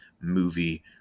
movie